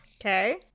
okay